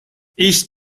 ich